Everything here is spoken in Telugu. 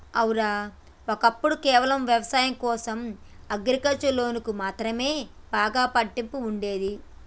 ఔర, ఒక్కప్పుడు కేవలం వ్యవసాయం కోసం అగ్రికల్చర్ లోన్లకు మాత్రమే బాగా పట్టింపు ఉండేది